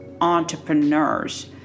entrepreneurs